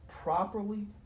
properly